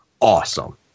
Awesome